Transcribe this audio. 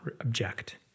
object